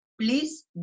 please